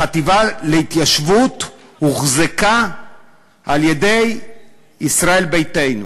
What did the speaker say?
החטיבה להתיישבות הוחזקה על-ידי ישראל ביתנו